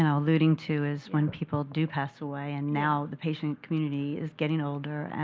and alluding to is when people do pass away, and now the patient community is getting older. and